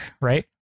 right